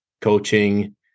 coaching